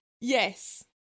Yes